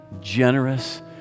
generous